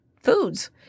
foods